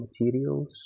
materials